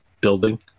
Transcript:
building